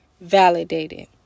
validated